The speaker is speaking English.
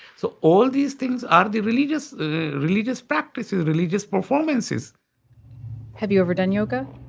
so all these things are the religious the religious practices, religious performances have you ever done yoga?